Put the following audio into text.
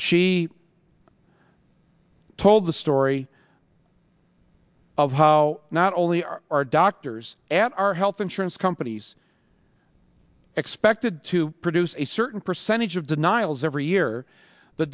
she told the story of how not only are our doctors and our health insurance companies expected to produce a certain percentage of denials every year the